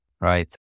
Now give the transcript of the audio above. right